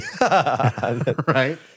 Right